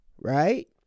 right